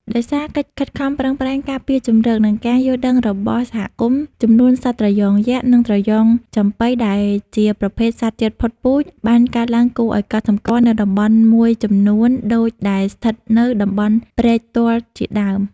ដោយសារកិច្ចខិតខំប្រឹងប្រែងការពារជម្រក និងការយល់ដឹងរបស់សហគមន៍ ចំនួនសត្វត្រយងយក្ស និងត្រយងចំប៉ី ដែលជាប្រភេទសត្វជិតផុតពូជ បានកើនឡើងគួរឱ្យកត់សម្គាល់នៅតំបន់មួយចំនួនដូចដែលស្ថិតនៅតំបន់ព្រែកទាល់ជាដើម។